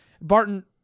Barton